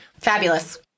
Fabulous